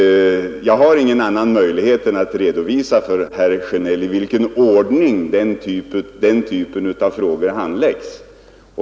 Jag kan bara redovisa för herr Sjönell i vilken ordning denna typ av frågor handläggs.